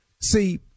See